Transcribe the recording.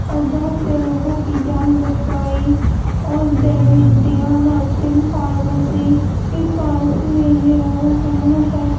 اور بہت سے لوگوں کی جان بچائی اور دیوندیا نرسنگ فارمیسی اس فارمیسی نے انھیں لوگوں کو بہت سا